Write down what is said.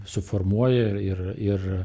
suformuoja ir ir ir